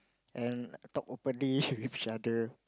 and talk openly with each other